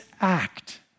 act